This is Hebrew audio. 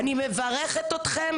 אני מברכת אתכם